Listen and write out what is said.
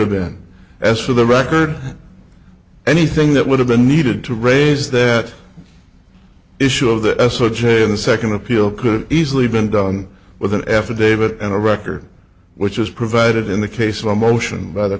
have been as for the record anything that would have been needed to raise that issue of the s o g a in the second appeal could have easily been done with an affidavit and a record which was provided in the case of a motion by the